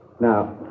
Now